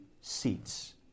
seats